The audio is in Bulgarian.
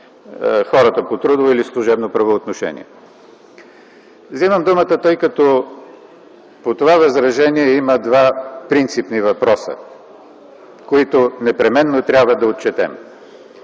хората по трудово или служебно правоотношение. Взимам думата, тъй като по това възражение има два принципни въпроса, които непременно трябва да отчетем.